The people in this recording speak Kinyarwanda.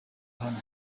hano